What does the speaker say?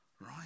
Right